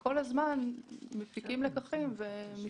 כל הזמן מפיקים לקחים ומשתפרים.